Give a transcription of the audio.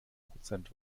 prozent